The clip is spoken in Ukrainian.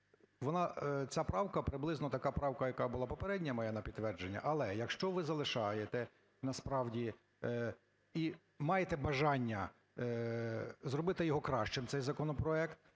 ця правка, приблизно така правка, яка була попередня моя на підтвердження, але якщо ви залишаєте насправді і маєте бажання зробити його кращим, цей законопроект,